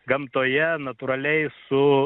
gamtoje natūraliai su